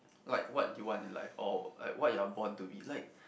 like what you want in life or like what you are born to be like